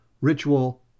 ritual